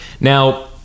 Now